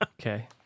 Okay